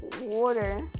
water